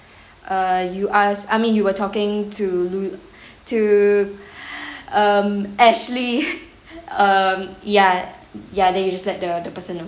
uh you ask I mean you were talking to lu~ to um ashley um ya ya then you just let the the person know